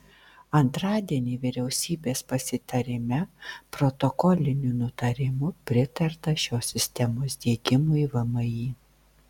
antradienį vyriausybės pasitarime protokoliniu nutarimu pritarta šios sistemos diegimui vmi